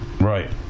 Right